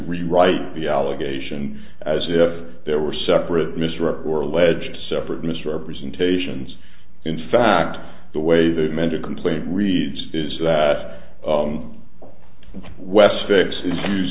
rewrite the allegation as if there were separate mr or alleged separate misrepresentations in fact the way the amended complaint reads is that the west fix is used